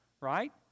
right